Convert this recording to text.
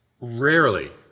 rarely